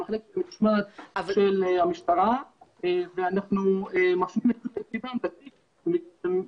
למחלקת משמעת של המשטרה ואנחנו מפנים את תשומת לבם ונותנים